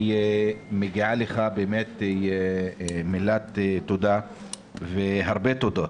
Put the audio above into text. שמגיעה לך מילת תודה והרבה תודות